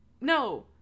no